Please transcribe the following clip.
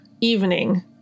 evening